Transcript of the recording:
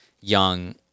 young